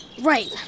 right